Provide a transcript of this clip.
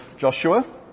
Joshua